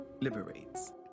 liberates